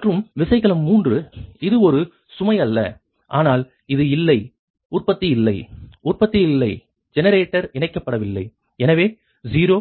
மற்றும் விசைக்கலம் 3 இது ஒரு சுமை அல்ல ஆனால் அது இல்லை உற்பத்தி இல்லை உற்பத்தி இல்லை ஜெனரேட்டர் இணைக்கப்படவில்லை எனவே 0